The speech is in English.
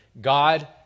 God